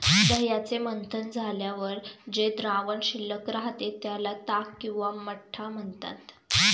दह्याचे मंथन झाल्यावर जे द्रावण शिल्लक राहते, त्याला ताक किंवा मठ्ठा म्हणतात